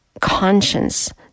conscience